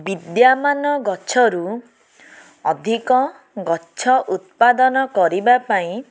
ବିଦ୍ୟମାନ ଗଛରୁ ଅଧିକ ଗଛ ଉତ୍ପାଦନ କରିବାପାଇଁ